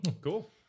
Cool